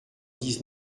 dix